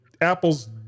Apple's